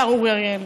השר אורי אריאל,